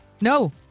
No